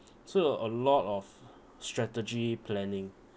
so a lot of strategy planning